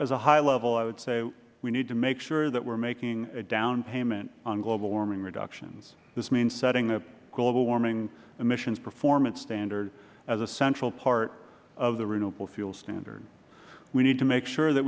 at a high level i would say we need to make sure that we are making a downpayment on global warming reductions this means setting a global warming emissions performance standard as a central part of the renewable fuels standard we need to make sure that